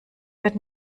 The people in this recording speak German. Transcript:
wird